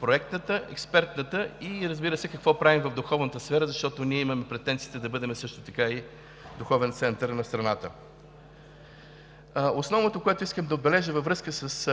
проектната, експертната и, разбира се, какво правим в духовната сфера, защото ние имаме претенцията да бъдем и духовен център на страната. Основното, което искам да отбележа във връзка с